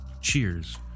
Cheers